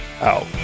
out